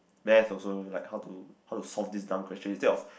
math also like how to how to solve this dumb question instead of